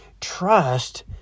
trust